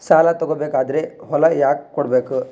ಸಾಲ ತಗೋ ಬೇಕಾದ್ರೆ ಹೊಲ ಯಾಕ ಕೊಡಬೇಕು?